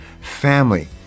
family